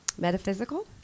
metaphysical